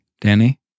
Danny